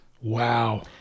Wow